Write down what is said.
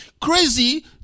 Crazy